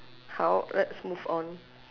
好 let's move on